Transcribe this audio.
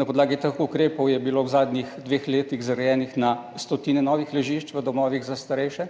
Na podlagi teh ukrepov je bilo v zadnjih dveh letih zgrajenih na stotine novih ležišč v domovih za starejše,